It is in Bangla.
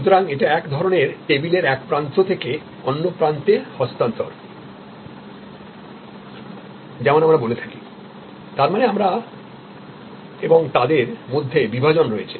সুতরাং এটা এক ধরনের টেবিলের এক প্রান্ত থেকে অন্য প্রান্তে হস্তান্তর যেমন আমরা বলে থাকি তার মানে আমরা এবং তাদের মধ্যে বিভাজন রয়েছে